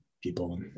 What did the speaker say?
people